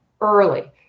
early